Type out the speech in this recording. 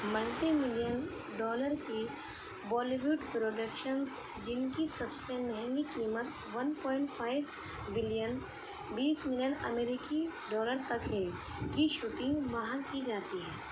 multi million dollar کی Bollywood productions جن کی سب سے مہنگی قیمت ون پوائنٹ فائیف بلین بیس ملین امریکی ڈالر تک ہے کی شوٹنگ وہاں کی جاتی ہے